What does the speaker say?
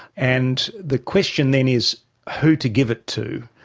and the question then is who to give it to.